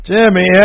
Jimmy